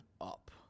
up